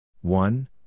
one